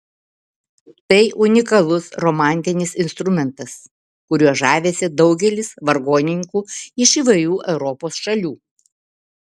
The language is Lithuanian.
tai unikalus romantinis instrumentas kuriuo žavisi daugelis vargonininkų iš įvairių europos šalių